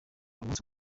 umunsi